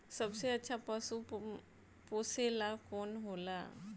सबसे अच्छा पशु पोसेला कौन होला?